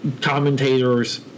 commentators